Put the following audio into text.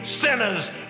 sinners